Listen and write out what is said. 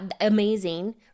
amazing